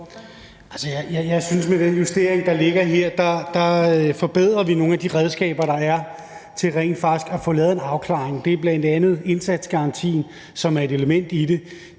Jeg synes, at vi med den justering, der ligger her, forbedrer nogle af de redskaber, der er, til rent faktisk at få lavet en afklaring. Det er bl.a. indsatsgarantien, som er et element i det,